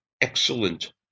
excellent